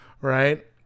right